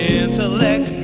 intellect